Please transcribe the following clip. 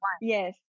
Yes